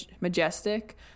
majestic